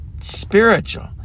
spiritual